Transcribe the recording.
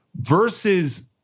versus